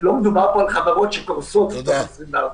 לא מדובר פה על חברות שקורסות תוך 24 שעות.